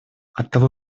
оттого